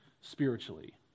spiritually